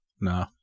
No